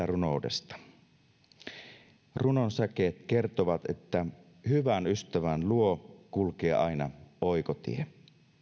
runoudesta runon säkeet kertovat että hyvän ystävän luo kulkee aina oikotie